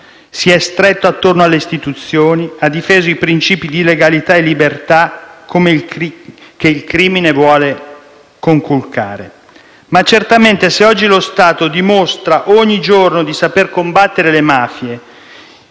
si è stretto attorno alle istituzioni, ha difeso i princìpi di legalità e libertà che il crimine vuole conculcare. Ma certamente se oggi lo Stato dimostra ogni giorno di saper combattere le mafie,